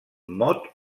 mot